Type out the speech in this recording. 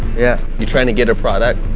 yeah you're trying to get a product,